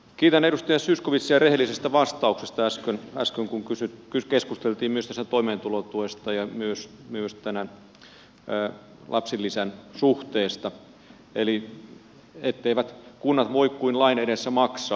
kiitän edustaja zyskowicziä rehellisestä vastauksesta äsken kun keskusteltiin tästä toimeentulotuesta ja myös lapsilisän suhteesta eli etteivät kunnat voi kuin lain edessä maksaa